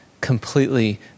completely